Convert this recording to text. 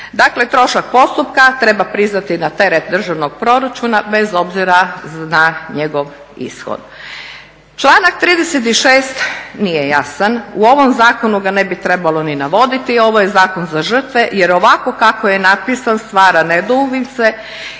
Dakle, trošak postupka treba priznati na teret državnog proračuna bez obzira na njegov ishod. Članak 36. nije jasan. U ovom zakonu ga ne bi trebalo ni navoditi, ovo je zakon za žrtve jer ovako kako je napisan stvara nedoumice